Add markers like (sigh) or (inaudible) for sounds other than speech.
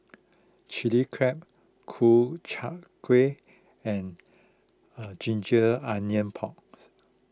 Chili Crab Ku Chai Kueh and (hesitation) Ginger Onions Porks